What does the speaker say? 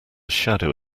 shadow